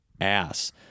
ass